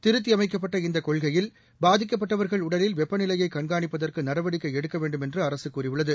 திருத்தியமைக்கப்பட்ட இந்த கொள்கையில் பாதிக்கப்பட்டவர்கள் உடலில் வெப்பநிலையை கண்காணிப்பதற்கு நடவடிக்கை எடுக்க வேண்டும் என்று அரசு கூறியுள்ளது